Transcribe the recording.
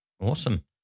Awesome